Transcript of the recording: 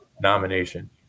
nomination